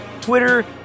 Twitter